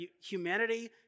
humanity